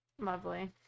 Lovely